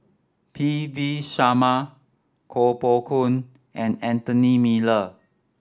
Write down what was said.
P V Sharma Koh Poh Koon and Anthony Miller